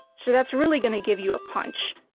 so that's really going to give you a punch